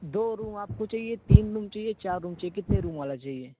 دو room آپ کو چاہیے تین روم چاہیے چار روم چاہیے کتنے روم والا چاہیے